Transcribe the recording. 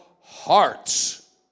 hearts